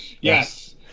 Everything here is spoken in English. Yes